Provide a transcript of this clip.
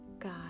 God